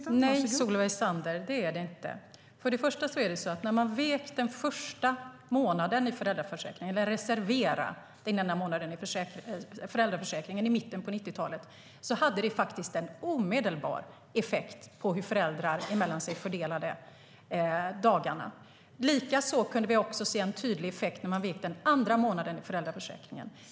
Fru talman! Nej, Solveig Zander, det är det inte. Först och främst är det så att när man reserverade den första månaden i föräldraförsäkringen i mitten av 90-talet hade det faktiskt en omedelbar effekt på hur föräldrar fördelade dagarna mellan sig. Vi kunde också se en tydlig effekt när man reserverade den andra månaden i föräldraförsäkringen.